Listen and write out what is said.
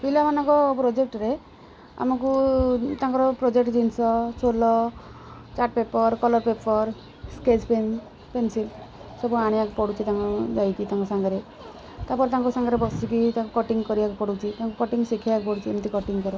ପିଲାମାନଙ୍କ ପ୍ରୋଜେକ୍ଟରେ ଆମକୁ ତାଙ୍କର ପ୍ରୋଜେକ୍ଟ ଜିନିଷ ସୋଲ chart paper colour paper sketch pen pencil ସବୁ ଆଣିବାକୁ ପଡ଼ୁଛି ତାଙ୍କୁ ଯାଇକି ତାଙ୍କ ସାଙ୍ଗରେ ତା'ପରେ ତାଙ୍କ ସାଙ୍ଗରେ ବସିକି ତାଙ୍କୁ କଟିଙ୍ଗ୍ କରିବାକୁ ପଡ଼ୁଛି ତାଙ୍କୁ କଟିଙ୍ଗ୍ ଶିଖିବାକୁ ପଡ଼ୁଛି ଏମିତି କଟିଙ୍ଗ୍ କର